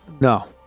No